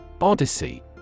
Odyssey